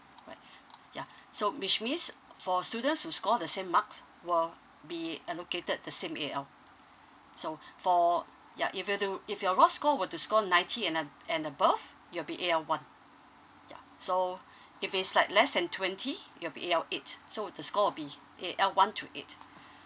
alright ya so which means for students who score the same marks will be allocated the same A_L so for ya if you to if your raw score were to score ninety and a~ and above you'll be A_L one ya so if it's like less than twenty you'll be A_L eight so the score will be A_L one to eight